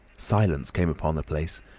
silence came upon the place,